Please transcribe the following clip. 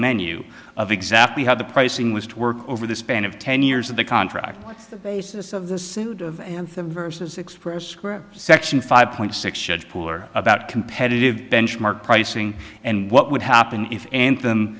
menu of exactly how the pricing was to work over the span of ten years of the contract the basis of this suit versus express scripts section five point six pool or about competitive benchmark pricing and what would happen if them